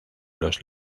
los